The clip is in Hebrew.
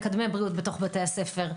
מקדמי בבריאות בבתי הספר,